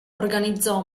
organizzò